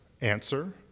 Answer